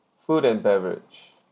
food and beverage